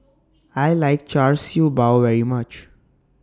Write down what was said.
I like Char Siew Bao very much